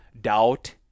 doubt